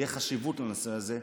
ותהיה חשיבות לנושא הזה,